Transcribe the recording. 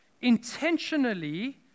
intentionally